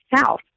South